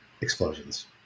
explosions